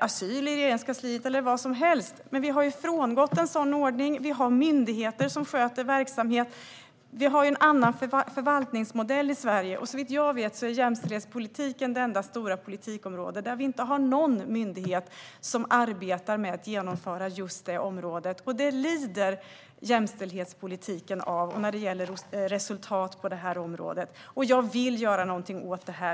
asyl eller vad som helst i Regeringskansliet. Men vi har ju frångått en sådan ordning. Vi har myndigheter som sköter verksamheterna. Vi har en annan förvaltningsmodell i Sverige, och såvitt jag vet är jämställdhetspolitiken det enda stora politikområde där vi inte har någon myndighet som arbetar med att genomföra just den politiken. Det lider jämställdhetspolitiken av när det gäller resultat på området, och jag vill göra någonting åt det.